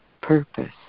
purpose